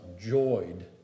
joyed